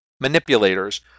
manipulators